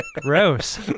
Gross